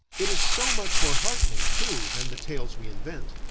it is so much more heartening, too, than the tales we invent.